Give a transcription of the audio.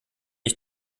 ich